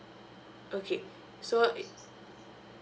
okay so is